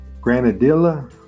Granadilla